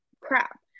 crap